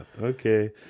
Okay